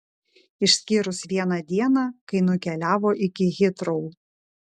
išskyrus vieną dieną kai nukeliavo iki hitrou